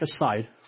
aside